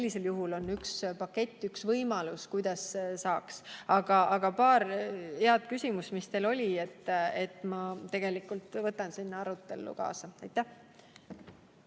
Sellisel juhul on üks pakett, üks võimalus, kuidas saaks. Aga paar head küsimust, mis teil oli, ma võtan edasisse arutellu kaasa. Aitäh!